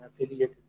affiliated